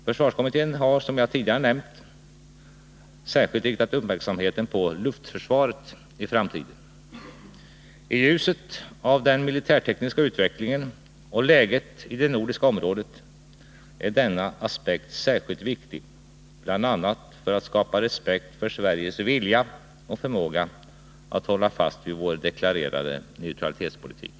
Försvarskommittén har, som jag tidigare nämnt, särskilt riktat uppmärksamheten på luftförsvaret i framtiden. I ljuset av den militärtekniska utvecklingen och läget i det nordiska området är denna aspekt särskilt viktig bl.a. för att skapa respekt för Sveriges vilja och förmåga att hålla fast vid vår deklarerade neutralitetspolitik.